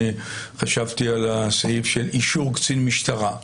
אני חשבתי על הסעיף של אישור קצין משטרה,